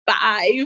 five